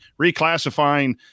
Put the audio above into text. reclassifying